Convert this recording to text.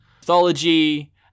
mythology